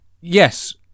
Yes